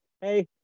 hey